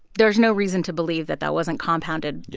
there's no reason to believe that that wasn't compounded. yeah